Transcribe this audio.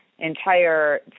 Entire